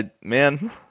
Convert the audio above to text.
Man